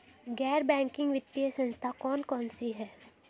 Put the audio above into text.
गैर बैंकिंग वित्तीय संस्था कौन कौन सी हैं?